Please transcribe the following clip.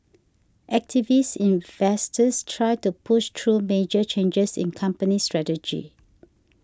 activist investors try to push through major changes in company strategy